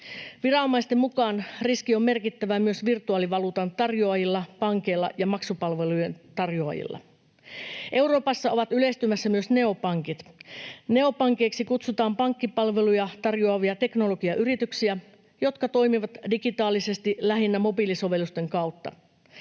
Viranomaisten mukaan riski on merkittävä myös virtuaalivaluutan tarjoajilla, pankeilla ja maksupalvelujen tarjoajilla. Euroopassa ovat yleistymässä myös neopankit. Neopankeiksi kutsutaan pankkipalveluja tarjoavia teknologiayrityksiä, jotka toimivat digitaalisesti lähinnä mobiilisovellusten kautta.